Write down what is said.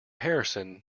harrison